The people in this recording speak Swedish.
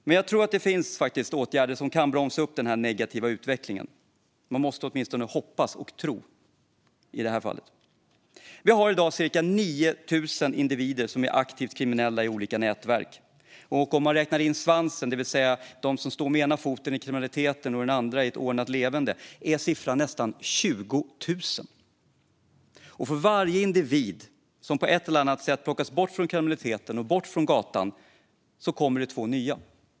Men jag tror faktiskt att det finns åtgärder som kan bromsa upp den negativa utvecklingen. Man måste åtminstone hoppas och tro. Vi har i dag cirka 9 000 individer som är aktivt kriminella i olika nätverk. Om man räknar in svansen, det vill säga de som står med ena foten i kriminalitet och den andra i ett ordnat leverne, är siffran nästan 20 000. Och för varje individ som på ett eller annat sätt plockas bort från kriminaliteten och gatan kommer det två nya.